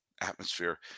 atmosphere